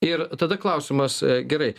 ir tada klausimas gerai